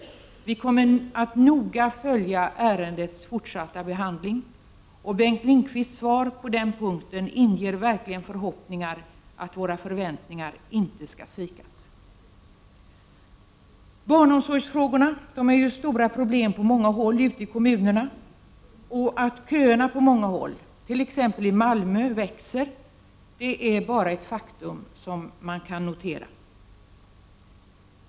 Vi kommer att noga följa ärendets fortsatta behandling, och Bengt Lindqvists svar inger verkligen förhoppningar om att våra förväntningar inte skall svikas. Barnomsorgsfrågorna är ju stora problem på många håll ute i kommunerna. Att köerna på många håll, t.ex. i Malmö, växer är ett faktum som man bara kan notera.